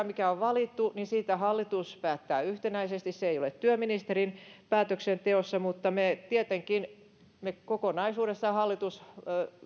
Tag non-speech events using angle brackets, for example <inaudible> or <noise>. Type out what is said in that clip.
<unintelligible> mikä on valittu hallitus päättää yhtenäisesti se ei ole työministerin päätöksenteossa mutta tietenkin kokonaisuudessaan hallitus